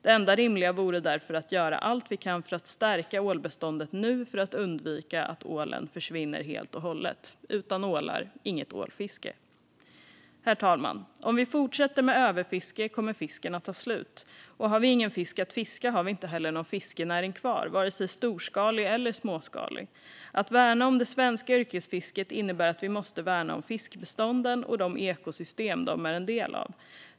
Det enda rimliga vore därför att göra allt vi kan för att stärka ålbeståndet nu, för att undvika att ålen försvinner helt och hållet. Utan ålar - inget ålfiske. Herr talman! Om vi fortsätter med överfiske kommer fisken att ta slut. Har vi ingen fisk att fiska har vi inte heller någon fiskenäring kvar, vare sig storskalig eller småskalig. Att värna om det svenska yrkesfisket innebär att vi måste värna om fiskbestånden och de ekosystem de är en del av.